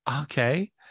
Okay